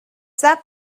that